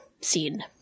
scene